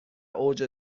اوج